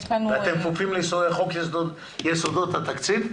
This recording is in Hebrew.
אתם כפופים לחוק יסודות התקציב?